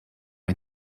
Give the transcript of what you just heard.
ont